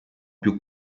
più